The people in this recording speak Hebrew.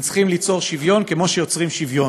הם צריכים ליצור שוויון כמו שיוצרים שוויון,